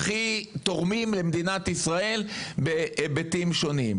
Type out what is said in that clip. הכי תורמים למדינת ישראל בהיבטים שונים.